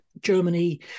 Germany